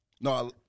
No